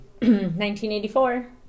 1984